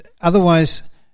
otherwise